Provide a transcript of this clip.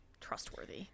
trustworthy